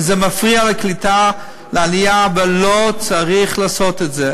וזה מפריע לקליטה, לעלייה, ולא צריך לעשות את זה.